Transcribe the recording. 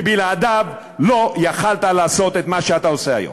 כי בלעדיו לא היית יכול לעשות את מה שאתה עושה היום.